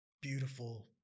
beautiful